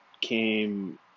came